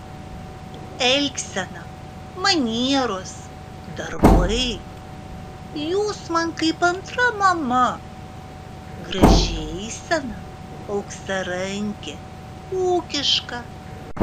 elgsena manieros darbai jūs man kaip antra mama graži eisena auksarankė ūkiška